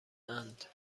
اند